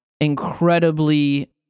incredibly